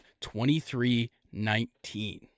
23-19